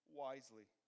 wisely